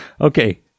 Okay